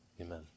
Amen